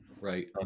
right